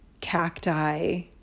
cacti